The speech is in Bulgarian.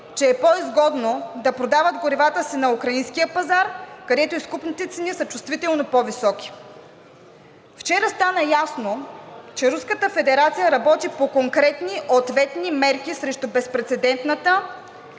че е по-изгодно да продават горивата си на украинския пазар, където изкупните цени са чувствително по-високи. Вчера стана ясно, че Руската федерация работи по конкретни ответни мерки срещу безпрецедентната